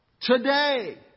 Today